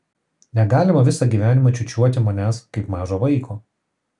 negalima visą gyvenimą čiūčiuoti manęs kaip mažo vaiko